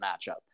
matchup